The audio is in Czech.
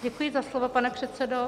Děkuji za slovo, pane předsedo.